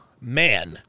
man